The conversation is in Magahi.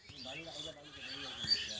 गाँव में रहे वाले बच्चा की भविष्य बन सके?